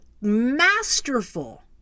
masterful